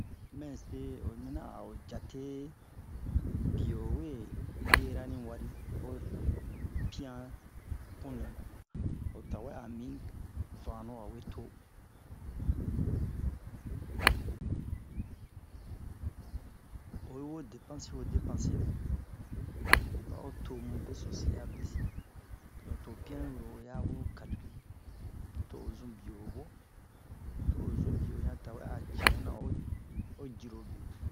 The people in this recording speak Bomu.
mɛ se o yi mina a o jate biyo o we lera ni wari ho piyan puni o tawɛ a mi vanlo a wee to oyi wo depansi wo depansi nɛ a o tomu besosi a besi donk to ho piyan yi hure o ya wee ho kalkil to o zun biye o wo to o zun biye o ɲan tawɛ a ciyɛnna o o jirobe